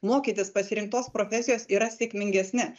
mokytis pasirinktos profesijos yra sėkmingesni